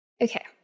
Okay